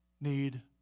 need